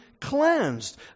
cleansed